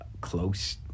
close